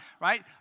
right